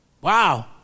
Wow